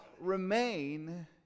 remain